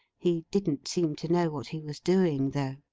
he didn't seem to know what he was doing though.